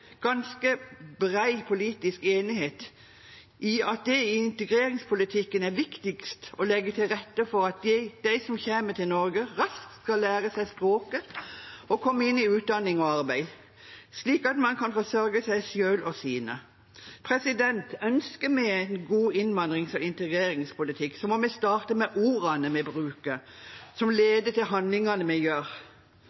ganske bred politisk enighet om at det i integreringspolitikken er viktigst å legge til rette for at de som kommer til Norge, raskt skal lære seg språket og komme inn i utdanning og arbeid, slik at man kan forsørge seg selv og sine. Ønsker vi en god innvandrings- og integreringspolitikk, må vi starte med ordene vi bruker, som